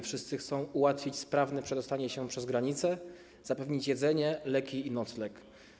Wszyscy chcą ułatwić sprawne przedostanie się przez granicę, zapewnić jedzenie, leki i nocleg.